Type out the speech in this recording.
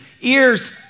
ears